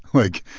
like,